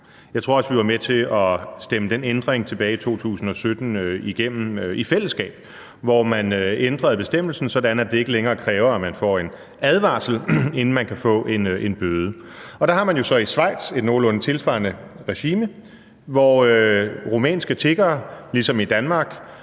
Jeg tror også, at vi var med til at stemme den ændring fra tilbage i 2017 igennem i fællesskab, hvor man ændrede bestemmelsen, sådan at det ikke længere kræver, at man får en advarsel, inden man kan få en bøde. Der har man jo så i Schweiz et nogenlunde tilsvarende regime, hvor rumænske tiggere ligesom i Danmark